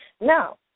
Now